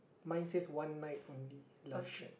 mine says one night only love shack